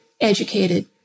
educated